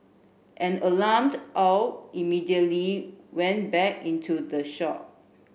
an alarmed Aw immediately went back into the shop